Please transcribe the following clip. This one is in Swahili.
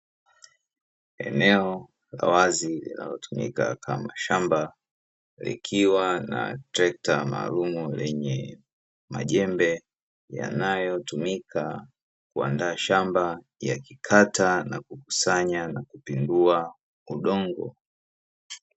Eneo la wazi linalotumika kama shamba, likiwa na trekta maalumu lenye majembe yanayotumika kuandaa shamba yakikata na kukusanya na kupindua udongo.